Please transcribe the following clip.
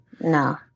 No